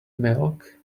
milk